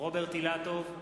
רוברט אילטוב,